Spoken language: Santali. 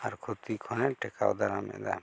ᱟᱨ ᱠᱷᱚᱛᱤ ᱠᱚᱦᱚᱸᱭ ᱴᱮᱠᱟᱣᱼᱫᱟᱨᱟᱢ ᱮᱫᱟ